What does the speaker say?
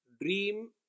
Dream